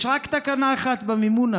יש רק תקנה אחת במימונה,